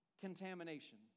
contamination